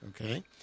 okay